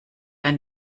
ein